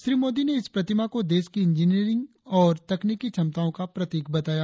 श्री मोदी ने इस प्रतिमा को देश की इंजीनियरिंग और तकनीकी क्षमताओं का प्रतीक बताया